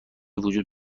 وجود